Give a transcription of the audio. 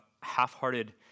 half-hearted